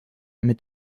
mit